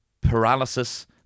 paralysis